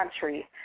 country